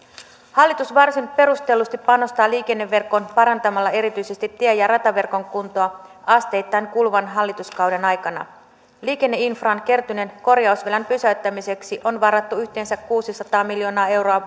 hallitus varsin perustellusti panostaa liikenneverkkoon parantamalla erityisesti tie ja rataverkon kuntoa asteittain kuluvan hallituskauden aikana liikenneinfran kertyneen korjausvelan pysäyttämiseksi on varattu yhteensä kuusisataa miljoonaa euroa